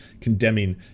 condemning